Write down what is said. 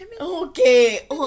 Okay